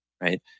right